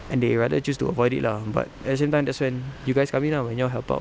and they rather choose to avoid it lah but at the same time that's when you guys come in lah when you guys help out